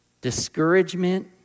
discouragement